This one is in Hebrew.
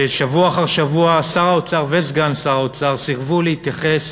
שבוע אחר שבוע שר האוצר וסגן שר האוצר סירבו להתייחס